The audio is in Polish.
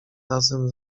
razem